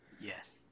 Yes